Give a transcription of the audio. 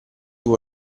può